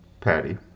patty